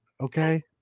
Okay